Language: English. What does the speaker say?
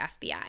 FBI